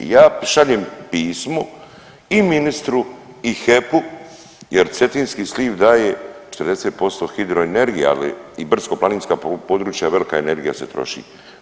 I ja šaljem pismo i ministru i HEP-u jer cetinski sliv daje 40% hidroenergije, ali i brdsko-planinska područja velika energija se troši.